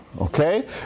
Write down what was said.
okay